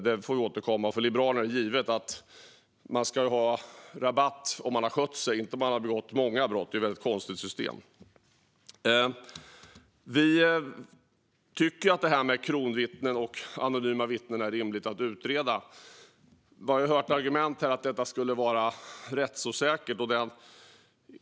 Detta får vi återkomma till. För Liberalerna är det givet att man ska ha rabatt om man har skött sig, inte om man har begått många brott. Det är ett väldigt konstigt system. Vi tycker att detta med kronvittnen och anonyma vittnen är rimligt att utreda. Vi har hört argument om att detta skulle vara rättsosäkert.